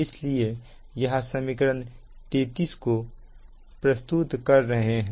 इसलिए यहां समीकरण 33 को प्रस्तुत कर रहा है